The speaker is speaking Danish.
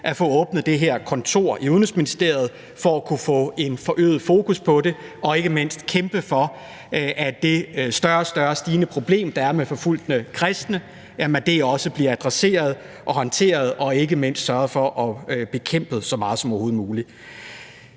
at få åbnet det her kontor i Udenrigsministeriet for at kunne få forøget fokus på det og ikke mindst kæmpe for, at det stigende problem, der er med forfulgte kristne, også bliver adresseret og håndteret, og at vi ikke mindst sørger for at bekæmpe det så meget som overhovedet muligt.